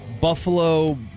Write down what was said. Buffalo